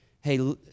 Hey